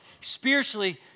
spiritually